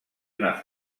una